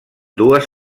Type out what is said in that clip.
dues